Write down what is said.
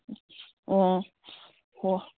ꯑꯣꯑꯣ ꯍꯣ